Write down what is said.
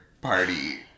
party